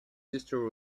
sister